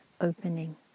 opening